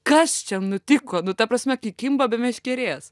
kas čia nutiko nu ta prasme kai kimba be meškerės